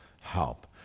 help